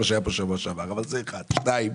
דבר שני,